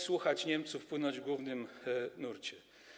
Słuchać Niemców, płynąć w głównym nurcie.